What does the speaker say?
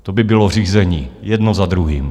To by bylo řízení jedno za druhým.